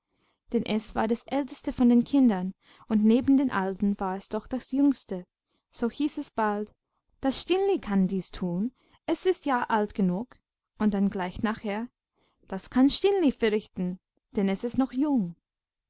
denn es war das älteste von den kindern und neben den alten war es doch das jüngste so hieß es bald das stineli kann dies tun es ist ja alt genug und dann gleich nachher das kann stineli verrichten denn es ist noch jung